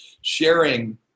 sharing